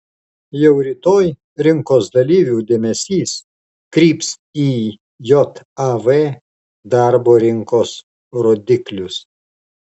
jau rytoj rinkos dalyvių dėmesys kryps į jav darbo rinkos rodiklius